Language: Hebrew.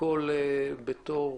בתור